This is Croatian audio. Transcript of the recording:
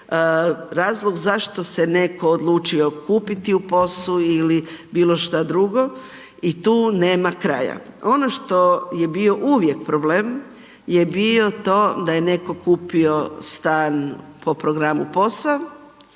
razlog zašto se netko odlučio kupiti u POS-u ili bilo šta drugo i tu nema kraja. Ono što je bio uvijek problem je bio to da je netko kupio stan po programu POS-a